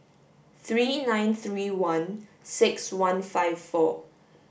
three nine three one six one five four